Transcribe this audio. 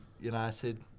United